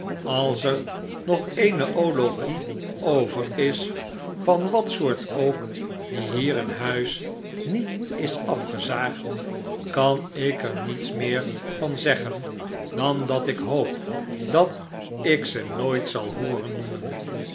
als er nog eene ologie over is van wat soort ook die hier in huis niet is afgezaagd kan ik er niets meer van zeggen dan dat ik hoop dat ik ze nooit zal hooren noemen